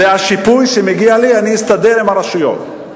זה השיפוי שמגיע לי, אני אסתדר עם הרשויות,